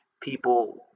people